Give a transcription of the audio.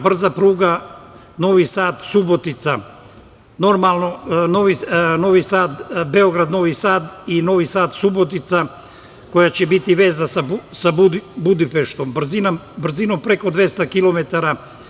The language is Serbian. Brza pruga Novi Sad – Subotica, Novi Sad – Beograd i Novi Sad – Subotica koja će biti veza sa Budimpeštom brzinom preko 200 kilometara.